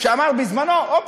שאמר בזמנו: אופס,